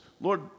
Lord